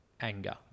anger